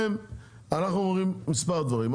אנחנו אומרים מספר דברים.